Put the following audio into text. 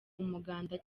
umuganda